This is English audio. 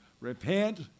Repent